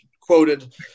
quoted